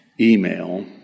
email